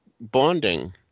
bonding